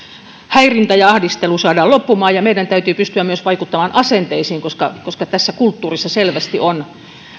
häirintä ja ahdistelu saadaan loppumaan ja meidän täytyy pystyä myös vaikuttamaan asenteisiin koska koska tässä kulttuurissa selvästi on